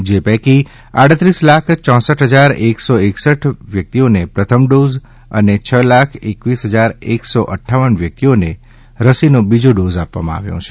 જે પૈકી આડત્રીસ લાખ ચોસઠ હજાર એક સો એક્સઠ વ્યક્તિઓને પ્રથમ ડોઝ અને છ લાખ એક્વીસ હજાર એકસો અઠ્ઠાવન વ્યક્તિઓને રસીનો બીજો ડોઝ આપવામાં આવ્યો છે